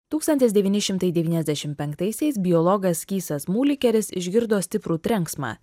tūkstantis devyni šimtai devyniasdešimt penktaisiais biologas kysas mulikeris išgirdo stiprų trenksmą